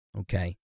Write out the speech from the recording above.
Okay